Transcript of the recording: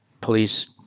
Police